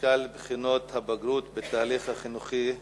משקל בחינות הבגרות בתהליך החינוכי בתיכונים.